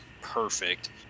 perfect